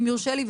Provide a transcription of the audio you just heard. אם יורשה לי,